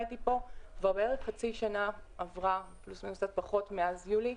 כבר בערך חצי שנה עברה מאז יולי,